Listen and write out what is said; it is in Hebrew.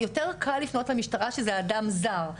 יותר קל לפנות למשטרה שזה אדם זר,